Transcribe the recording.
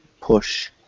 push